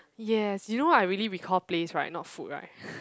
yes you know what I really recall place right not food right